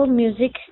music